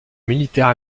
militaire